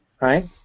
right